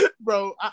bro